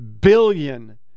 billion